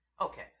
Okay